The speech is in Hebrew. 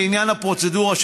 לעניין הפרוצדורה,